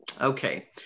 Okay